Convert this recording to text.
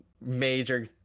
major